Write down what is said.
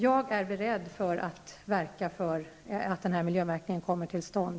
Jag är beredd att verka för att denna miljömärkning kommer till stånd.